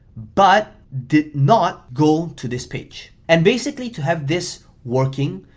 but did not go to this page. and basically, to have this working,